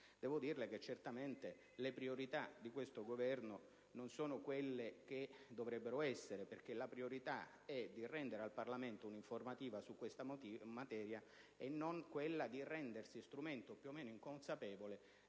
Devo dirle che le priorità di questo Governo non sono quelle che dovrebbero essere, perché la priorità è di rendere al Parlamento un'informativa su questa materia e non quella di rendersi strumento più o meno inconsapevole